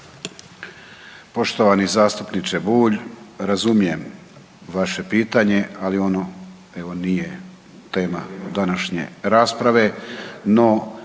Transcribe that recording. Poštovani zastupniče Bulj. Razumijem vaše pitanje, ali ono evo nije tema današnje rasprave,